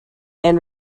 and